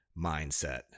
mindset